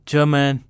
German